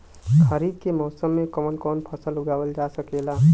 खरीफ के मौसम मे कवन कवन फसल उगावल जा सकेला?